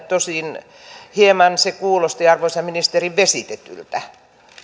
tosin hieman se kuulosti arvoisa ministeri vesitetyltä